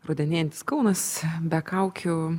rudenėjantis kaunas be kaukių